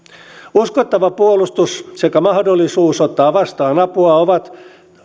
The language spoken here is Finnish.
uskottava puolustus sekä mahdollisuus ottaa vastaan apua ovat